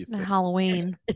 Halloween